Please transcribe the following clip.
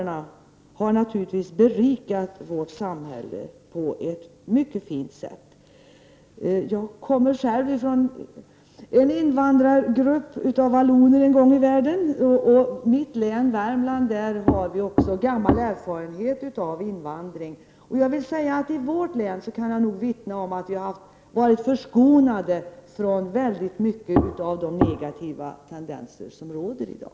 Naturligtvis har invandrarna berikat vårt samhälle på ett mycket fint sätt. Jag härstammar själv från en invandrargrupp - vallonerna, som kom hit en gång i tiden. Dessutom har vi i mitt hemlän, Värmlands län, sedan gammalt erfarenhet av invandring. Men jag kan också vittna om att vi i mitt hemlän har varit förskonade från många av de negativa tendenser som finns i dag.